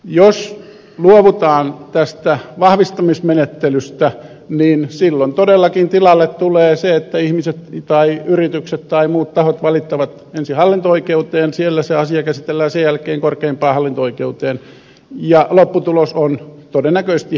jos luovutaan tästä vahvistamismenettelystä silloin todellakin tilalle tulee se että ihmiset yritykset tai muut tahot valittavat ensin hallinto oikeuteen siellä asia käsitellään ja sen jälkeen korkeimpaan hallinto oikeuteen ja lopputulos on todennäköisesti ihan sama